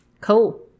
Cool